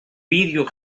vídeo